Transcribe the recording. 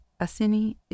Asini